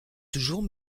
toujours